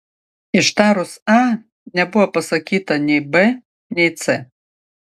ištarus a nebuvo pasakyta nei b nei c